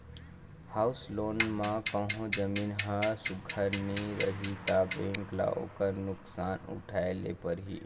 house loan म कहों जमीन हर सुग्घर नी रही ता बेंक ल ओकर नोसकान उठाए ले परही